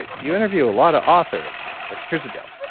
ah you interview a lot of authors and like like here's the deal.